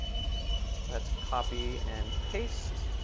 let's copy and paste.